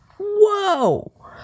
Whoa